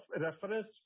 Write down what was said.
reference